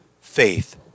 Faith